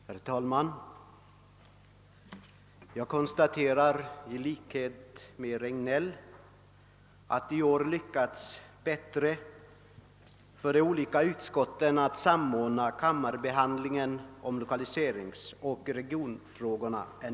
Herr talman! Jag konstaterar i likhet med herr Regnéll att det i år har lyckats bättre än i fjol för de olika utskotten att samordna kammarbehandlingen av lokaliseringsoch regionalfrågorna.